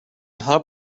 hot